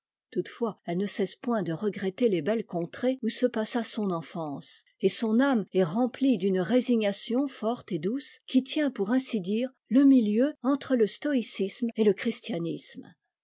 toutefois elle ne cesse point de regretter les belles contrées où se passa son enfance et son âme est remplie d'une résignation forte et douce qui tient pour ainsi dire le milieu entre le stoïcisme et le christianisme